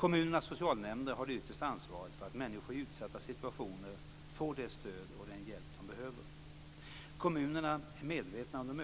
Kommunernas socialnämnder har det yttersta ansvaret för att människor i utsatta situationer får det stöd och den hjälp de behöver. Kommunerna är medvetna om de